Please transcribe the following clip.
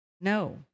No